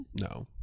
no